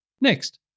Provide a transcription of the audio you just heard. Next